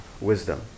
wisdom